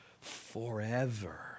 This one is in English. forever